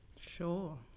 sure